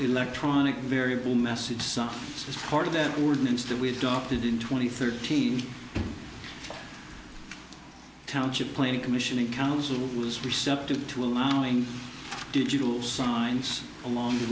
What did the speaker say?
electronic variable message stuff is part of that ordinance that we adopted in twenty thirty township playing commissioning council was receptive to allowing digital signs along the